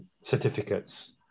certificates